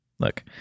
Look